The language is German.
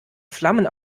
flammen